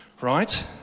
Right